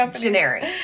generic